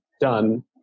done